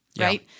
right